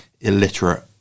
illiterate